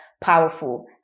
powerful